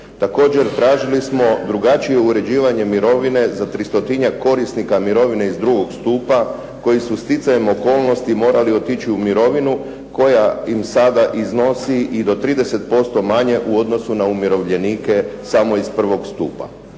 Također tražili smo drugačije uređivanje mirovine za 300-ak korisnika mirovine iz drugog stupa koji su stjecajem okolnosti morali otići u mirovinu koja im sada iznosi i do 30% manje u odnosu na umirovljenike samo iz prvog stupa.